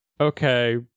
okay